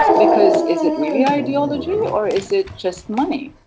because is it really ideology or is it just money?